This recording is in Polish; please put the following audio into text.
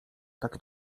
tak